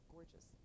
Gorgeous